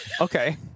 okay